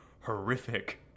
horrific